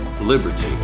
liberty